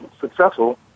successful